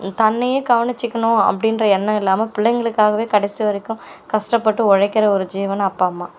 தன்னையே கவனிச்சுக்கணும் அப்படின்ற எண்ணம் இல்லாமல் பிள்ளைங்களுக்காகவே கடைசி வரைக்கும் கஷ்டப்பட்டு உழைக்கிற ஒரு ஜீவன் அப்பா அம்மா